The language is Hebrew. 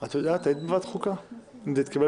אם כך, לאור העובדה שמדובר